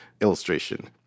illustration